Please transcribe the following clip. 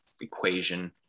equation